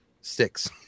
six